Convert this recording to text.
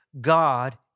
God